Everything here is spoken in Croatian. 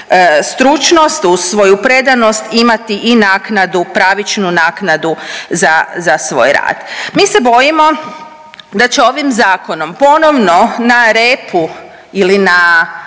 stručnost, uz svoju predanosti imati i naknadu, pravičnu naknadu za, za svoj rad. Mi se bojimo da će ovim zakonom ponovno na repu ili na